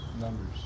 Numbers